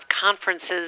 conferences